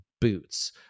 boots